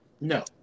No